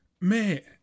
Mate